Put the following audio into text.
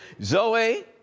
Zoe